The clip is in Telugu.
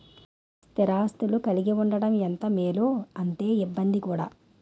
స్థిర ఆస్తులు కలిగి ఉండడం ఎంత మేలో అంతే ఇబ్బంది కూడా